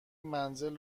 منزل